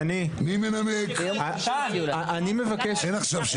שני, אני מבקש --- אין עכשיו שאלות.